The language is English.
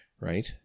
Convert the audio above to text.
Right